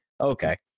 okay